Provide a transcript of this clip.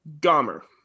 Gomer